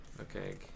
Okay